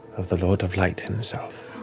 of the lord of light himself.